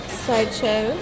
sideshow